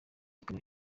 ikaba